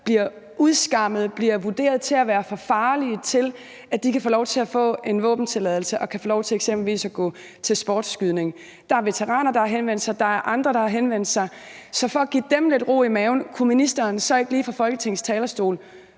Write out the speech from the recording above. bliver udskammet, bliver vurderet til at være for farlige til, at de kan få lov til at få en våbentilladelse og kan få lov til eksempelvis at gå til sportsskydning. Der er veteraner, der har henvendt sig, og der er andre, der har henvendt sig. Så for at give dem lidt ro i maven, kunne ministeren så ikke lige fra Folketingets talerstol